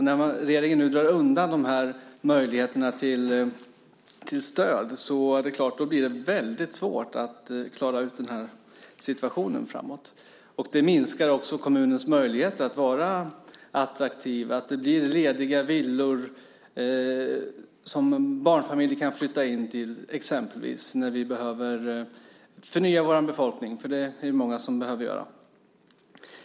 När regeringen nu drar undan möjligheterna till stöd blir det väldigt svårt att klara av situationen framöver. Det minskar också kommunens möjligheter att vara attraktiv, exempelvis att det finns lediga villor som barnfamiljer kan flytta in i när vi behöver förnya vår befolkning - för det är många som vill flytta in.